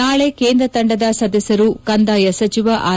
ನಾಳೆ ಕೇಂದ್ರ ತಂಡದ ಸದಸ್ಯರು ಕಂದಾಯ ಸಚಿವ ಆರ್